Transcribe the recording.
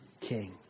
king